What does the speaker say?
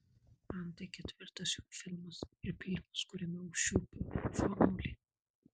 man tai ketvirtas jo filmas ir pirmas kuriame užčiuopiu formulę